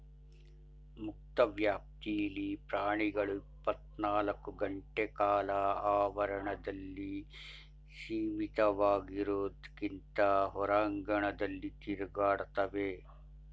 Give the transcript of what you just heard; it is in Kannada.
ಮುಕ್ತ ವ್ಯಾಪ್ತಿಲಿ ಪ್ರಾಣಿಗಳು ಇಪ್ಪತ್ನಾಲ್ಕು ಗಂಟೆಕಾಲ ಆವರಣದಲ್ಲಿ ಸೀಮಿತವಾಗಿರೋದ್ಕಿಂತ ಹೊರಾಂಗಣದಲ್ಲಿ ತಿರುಗಾಡ್ತವೆ